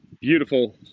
beautiful